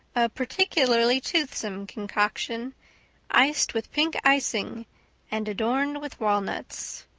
a particularly toothsome concoction iced with pink icing and adorned with walnuts.